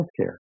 healthcare